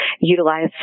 utilize